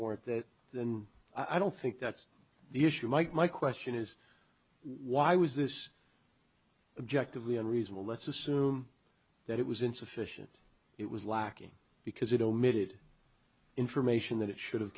warrant than i don't think that's the issue mike my question is why was this objective we are reasonable let's assume that it was insufficient it was lacking because it omitted information that it should have